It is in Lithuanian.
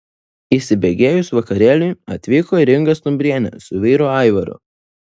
įsibėgėjus vakarėliui atvyko ir inga stumbrienė su vyru aivaru